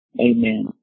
Amen